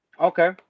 Okay